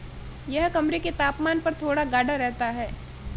यह कमरे के तापमान पर थोड़ा गाढ़ा रहता है